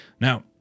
Now